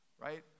right